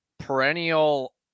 perennial